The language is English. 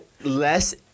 less